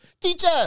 Teacher